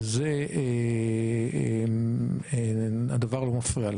בזה הדבר לא מפריע לו.